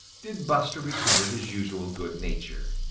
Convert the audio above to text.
did buster recover his usual good nature.